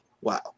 Wow